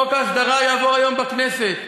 חוק ההסדרה יעבור היום בכנסת.